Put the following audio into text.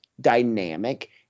Dynamic